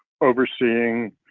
overseeing